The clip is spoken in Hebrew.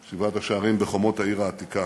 שבעת השערים בחומות העיר העתיקה.